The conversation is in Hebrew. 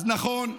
אז נכון,